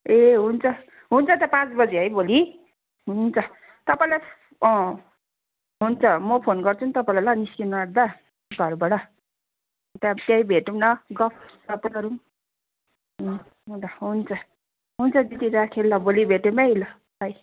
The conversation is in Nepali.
ए हुन्छ हुन्छ त पाँच बजी है भोलि हुन्छ तपाईँलाई अँ हुन्छ म फोन गर्छु नि तपाईँलाई ल निस्किनुआँट्दा घरबाट अन्त त्यहीँ भेटौँ न गफसफ गरौँ हो हुन्छ हुन्छ हुन्छ दिदी राखेँ ल भोलि भेटौँ है ल बाई